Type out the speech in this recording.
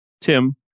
Tim